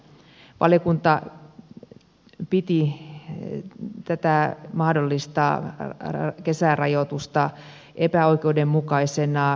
valiokunta piti tätä mahdollista kesärajoitusta epäoikeudenmukaisena